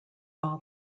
all